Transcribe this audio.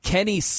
Kenny